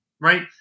right